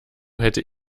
hätte